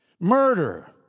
Murder